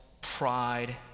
pride